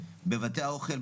בבתי האוכל,